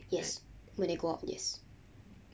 yes when they go out yes